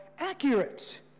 accurate